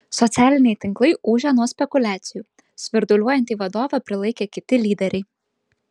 socialiniai tinklai ūžia nuo spekuliacijų svirduliuojantį vadovą prilaikė kiti lyderiai